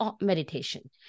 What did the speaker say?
meditation